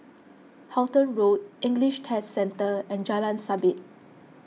Halton Road English Test Centre and Jalan Sabit